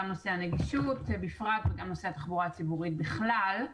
נושא הנגישות בפרט וגם נושא התחבורה הציבורית בכלל.